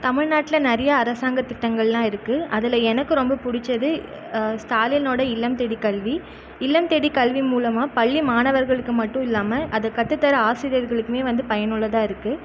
தமிழ்நாட்டில் நிறைய அரசாங்க திட்டங்கள்லாம் இருக்கு அதில் எனக்கு ரொம்ப பிடிச்சது ஸ்டாலினோட இல்லம் தேடி கல்வி இல்லம் தேடி கல்வி மூலமாக பள்ளி மாணவர்களுக்கு மட்டும் இல்லாமல் அது கற்றுத்தர ஆசிரியர்களுக்குமே வந்து பயனுள்ளதாக இருக்கு